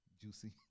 Juicy